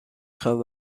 خواد